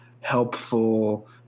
helpful